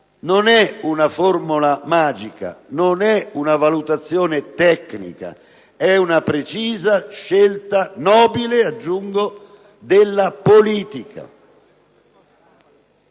Non è una formula magica; non è una valutazione tecnica; è una precisa scelta, nobile - aggiungo - della politica.